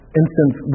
instance